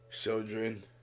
children